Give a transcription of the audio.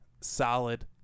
solid